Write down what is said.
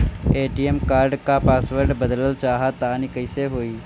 ATM card क password बदलल चाहा तानि कइसे होई?